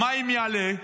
המים יעלו,